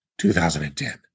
2010